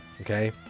Okay